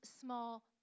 small